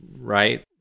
right